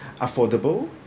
affordable